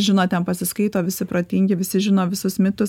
žino ten pasiskaito visi protingi visi žino visus mitus